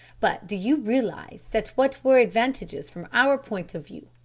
but do you realise that what were advantages from our point of view,